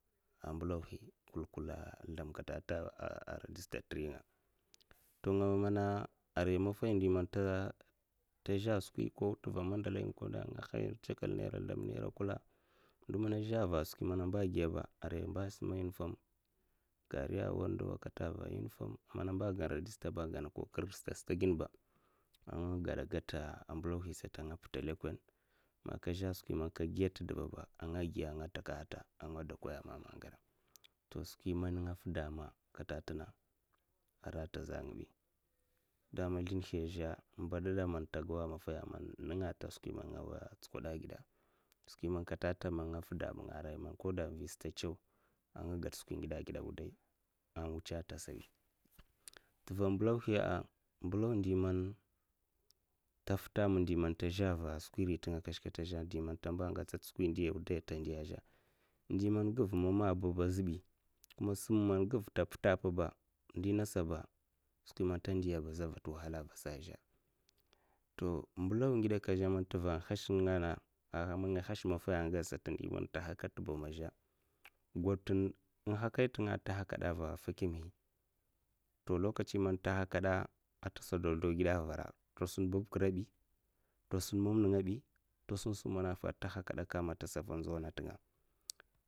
A mbèlauhi kulkul zlama ntè kata a règistèr tè riy nga tunga man a aray maffa nga man tazhè a skwi ko man tèva mazlihi anga way man anga chèkèl skwi ko man naira nado man a zlaha va man a skwi man a gi ya ab a ko man a suman a gèri a uniform ko man a cho kir stad man agana register ko kir stad stad ginè ba to a skwi man nga fida amama tè di man a ngata takahata a wuday mbèlauhi sa, so nènga angasa a skwi man nga zlaha man anga gata a wuday ko man arau a skwi ngidè azhè ka zkaha a ka fi da amam a skwi man ada finda man kagan lèkonè a kirsa aza sabi, tèva mbèlauhi sa a ndi man man ta puta asum ndi man skwi riy ta zhè man tazlah man ata ngèchè, ndi ngidè tunga ab mbèlauhi skwi man ata ngèchè ba azazhè azbi, mbèlauhi tèva man nga hash maffay anga gada ndi di man ta haka tè bama azhè gotun n'haka tunga man tahakada tahakada ava fèkimhi tasun babb tunga bi tahakada a vara, tasun mam nènga bi atahakada ata sada ndzau anda tunga